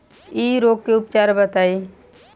इ रोग के उपचार बताई?